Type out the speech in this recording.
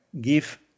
give